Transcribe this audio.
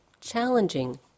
challenging